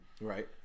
Right